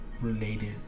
related